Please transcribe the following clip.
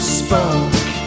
spoke